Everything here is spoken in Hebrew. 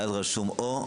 ואז רשום: או,